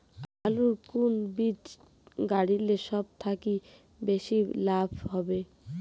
আলুর কুন বীজ গারিলে সব থাকি বেশি লাভ হবে?